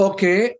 Okay